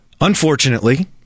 Unfortunately